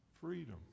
Freedom